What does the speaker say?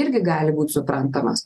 irgi gali būt suprantamas